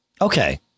Okay